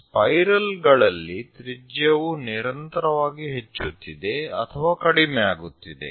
spiral ಗಳಲ್ಲಿ ತ್ರಿಜ್ಯವು ನಿರಂತರವಾಗಿ ಹೆಚ್ಚುತ್ತಿದೆ ಅಥವಾ ಕಡಿಮೆಯಾಗುತ್ತಿದೆ